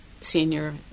senior